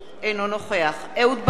אינו נוכח אהוד ברק,